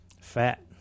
Fat